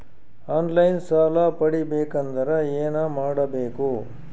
On line ಸಾಲ ಪಡಿಬೇಕಂದರ ಏನಮಾಡಬೇಕು?